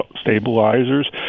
stabilizers